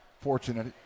fortunate